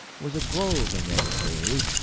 was a grove in those days,